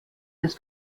des